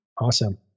Awesome